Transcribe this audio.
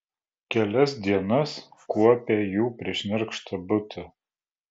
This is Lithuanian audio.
kelias dienas kuopė jų prišnerkštą butą